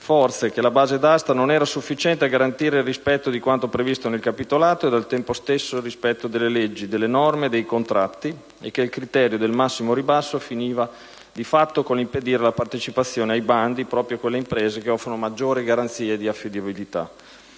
forze, che la base d'asta non era sufficiente a garantire il rispetto di quanto previsto nel capitolato ed al tempo stesso il rispetto delle leggi, delle norme e dei contratti e che il criterio del massimo ribasso finiva di fatto con l'impedire la partecipazione ai bandi proprio a quelle imprese che offrono maggiori garanzie di affidabilità.